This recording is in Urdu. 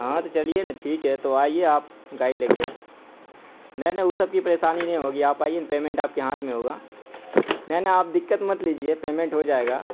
ہاں تو چلیے نا ٹھیک ہے تو آئیے آپ گاری لے کے نہیں نہیں او سب کی پریشانی نہیں ہوگی آپ آئیے پیمنٹ آپ کے ہاتھ میں ہوگا نیں نیں آپ دقت مت لیجیے پیمنٹ ہو جائے گا